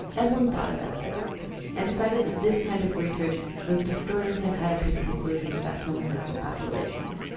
evelyn thought about this and decided that this kind of research was distorting psychiatry's conclusions about homosexual populations.